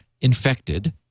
infected